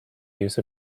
use